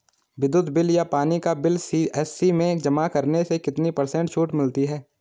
विद्युत बिल या पानी का बिल सी.एस.सी में जमा करने से कितने पर्सेंट छूट मिलती है?